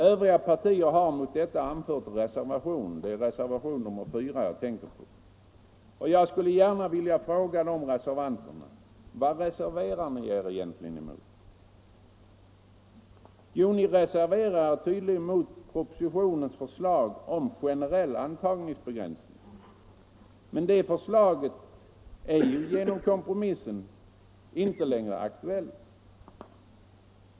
Övriga partier har mot detta anfört en reservation — det är reservationen 4 jag tänker på. Jag vill gärna fråga reservanterna: Vad reserverar ni er egentligen emot? Ni reserverar er tydligen mot propositionens förslag om generell antagningsbegränsning, men det förslaget är genom kompromissen inte längre aktuellt.